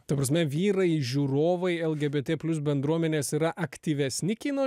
ta prasme vyrai žiūrovai lgbt plius bendruomenės yra aktyvesni kino